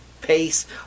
pace